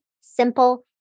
simple